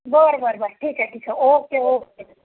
बरं बरं बरं ठीक आहे ठीक आहे ओके ओके